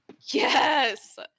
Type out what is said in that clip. Yes